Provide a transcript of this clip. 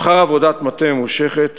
לאחר עבודת מטה ממושכת